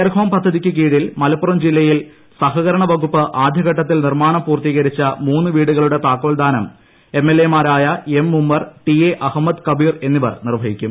care home പദ്ധതിയ്ക്ക് കീഴിൽ മലപ്പുറം ജില്ലയിൽ സഹകരണവകുപ്പ് ആദ്യഘട്ടത്തിൽ നിർമാണം പൂർത്തീകരിച്ച മൂന്ന് വീടുകളുടെ താക്കോൽ ദാനം എംഎൽഎമാരായ M Ummer T A Ahammed Kabir എന്നിവർ നിർവഹിക്കും